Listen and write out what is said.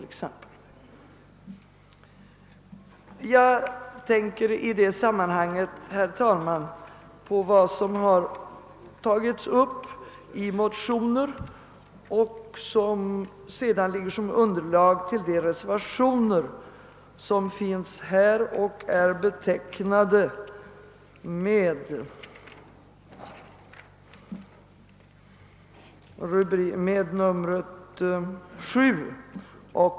Jag tänker i detta sammanhang på de motionskrav som tagits upp i de med numren 7 och 8 betecknade reservationerna vid statsutskottets utlåtande nr 103.